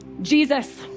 Jesus